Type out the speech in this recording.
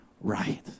right